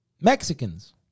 Mexicans